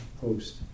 post